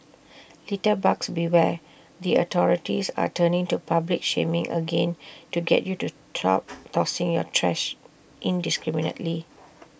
litterbugs beware the authorities are turning to public shaming again to get you to stop tossing your trash indiscriminately